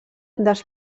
dels